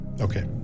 Okay